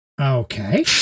Okay